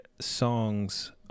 songs